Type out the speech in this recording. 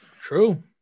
True